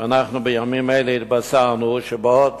ואנחנו בימים אלה התבשרנו שבעוד